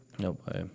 Nope